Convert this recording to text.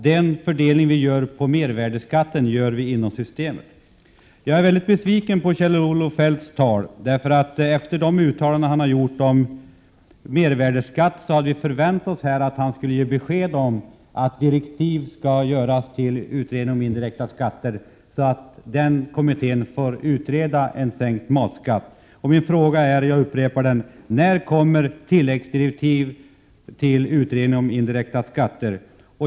Den fördelning vi gör beträffande mervärdeskatten gör vi inom systemet. Jag är mycket besviken på Kjell-Olof Feldts tal. Efter de uttalanden som han har gjort om mervärdeskatt hade vi förväntat oss att han skulle ge besked om att direktiv skall lämnas till utredningen om indirekta skatter, så att den kommittén får utreda frågan om en sänkning av matskatten. Jag vill upprepa min fråga: När kommer tilläggsdirektiv till utredningen om indirekta skatter?